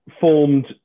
formed